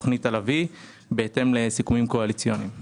תכנית "לביא" בהתאם לסיכומים קואליציוניים.